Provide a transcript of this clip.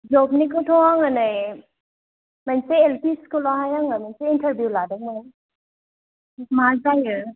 जबनिखौथ' आङो नै मोनसे एल पि स्कुलावहाय आङो मोनसे इनटारभिउ लादोंमोन मा जायोे